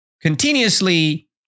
continuously